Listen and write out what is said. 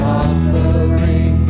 offering